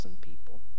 people